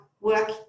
work